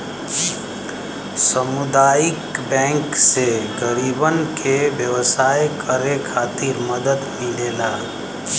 सामुदायिक बैंक से गरीबन के व्यवसाय करे खातिर मदद मिलेला